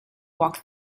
walk